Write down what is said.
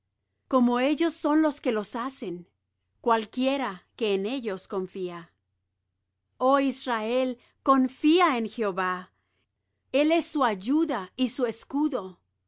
como ellos son los que los hacen cualquiera que en ellos confía oh israel confía en jehová el es su ayuda y su escudo casa